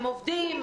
הם עובדים,